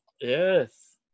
yes